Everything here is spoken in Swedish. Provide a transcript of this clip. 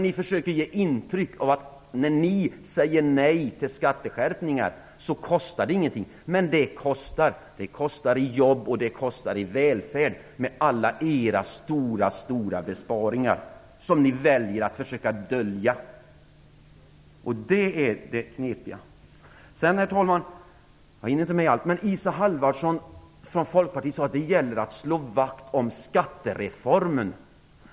Ni försöker ge intryck av att det inte kostar något när ni säger nej till skatteskärpningar. Men alla era stora besparingar, som ni väljer att försöka dölja, kostar i jobb, och de kostar i välfärd. Det är det knepiga. Isa Halvarsson från Folkpartiet sade att det gäller att slå vakt om skattereformen.